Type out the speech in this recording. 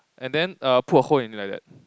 and then err put a hole in it like that